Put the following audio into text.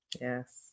Yes